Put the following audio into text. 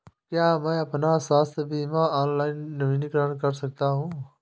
क्या मैं अपना स्वास्थ्य बीमा ऑनलाइन नवीनीकृत कर सकता हूँ?